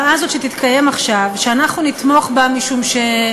הזרוע המבצעת של ממשלת